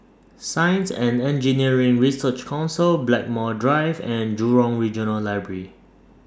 Science and Engineering Research Council Blackmore Drive and Jurong Regional Library